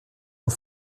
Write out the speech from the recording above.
nos